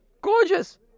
Gorgeous